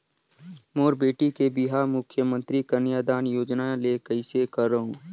मोर बेटी के बिहाव मुख्यमंतरी कन्यादान योजना ले कइसे करव?